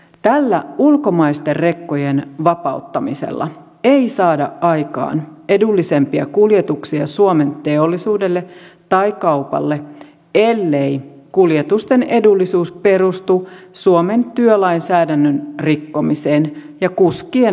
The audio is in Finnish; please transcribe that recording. tällä ulkomaisten rekkojen vapauttamisella ei saada aikaan edullisempia kuljetuksia suomen teollisuudelle tai kaupalle ellei kuljetusten edullisuus perustu suomen työlainsäädännön rikkomiseen ja kuskien halpuuttamiseen